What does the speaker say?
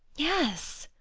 yes.